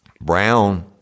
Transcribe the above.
Brown